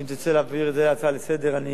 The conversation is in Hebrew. אם תרצה להעביר את זה להצעה לסדר-היום,